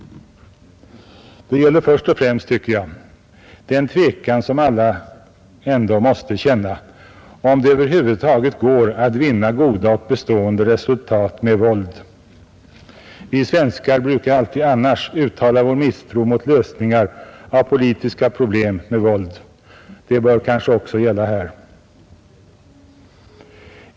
Det gäller först och främst, tycker jag, en tvekan som alla måste känna om det över huvud taget går att vinna goda och bestående resultat med våld. Vi svenskar brukar alltid annars uttala vår misstro mot lösningar av politiska problem med våld. Det bör nog också gälla här.